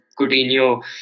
Coutinho